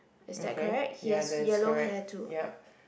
okay ya that's correct ya